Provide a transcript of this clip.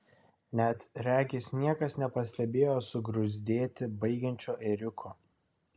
net regis niekas nepastebėjo sugruzdėti baigiančio ėriuko